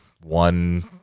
one